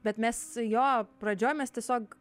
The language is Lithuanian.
bet mes jo pradžioj mes tiesiog